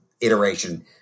iteration